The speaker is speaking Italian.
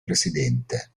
presidente